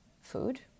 food